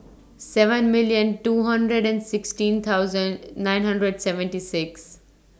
seven million two hundred and sixteen thousand nine hundred seventy six